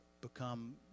become